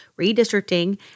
redistricting